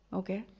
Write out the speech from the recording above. okay